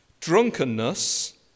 Drunkenness